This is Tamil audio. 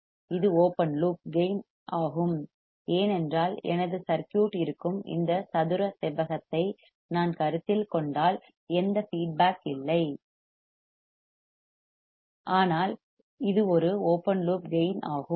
இது ஓபன் லூப் கேயின் ஆகும் ஏனென்றால் எனது சர்க்யூட் இருக்கும் இந்த சதுர செவ்வகத்தை நான் கருத்தில் கொண்டால் எந்த ஒரு ஃபீட்பேக் இல்லை அதனால்தான் இது ஒரு ஓபன் லூப் கேயின் ஆகும்